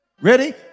Ready